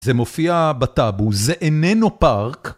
זה מופיע בטאבו, זה איננו פארק.